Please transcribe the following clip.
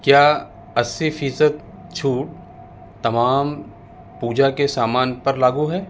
کیا اسی فیصد چھوٹ تمام پوجا کے سامان پر لاگو ہے